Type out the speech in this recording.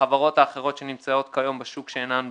החברות האחרות שנמצאות כיום בשוק שאינן בנקים.